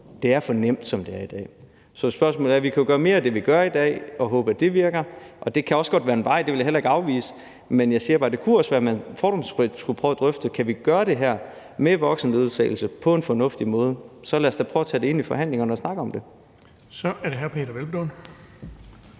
Det er for nemt, som det er i dag. Så spørgsmålet handler om, at vi jo kan gøre mere end det, vi gør i dag, og håbe, at det virker – og det kan også godt være en vej, det vil jeg ikke afvise. Men jeg siger bare, at det også kunne være, at man fordomsfrit skulle prøve at drøfte det – kan vi gøre det her med voksenledsagelse på en fornuftig måde, så lad os da prøve at tage det ind i forhandlingerne og snakke om det. Kl. 17:10 Den fg.